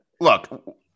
look